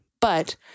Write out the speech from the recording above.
But-